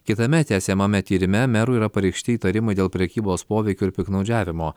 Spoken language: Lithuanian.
kitame tęsiamame tyrime merui yra pareikšti įtarimai dėl prekybos poveikiu ir piktnaudžiavimo